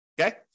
Okay